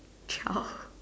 chore